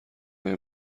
بهم